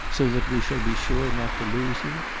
so that we shall be sure not to lose you?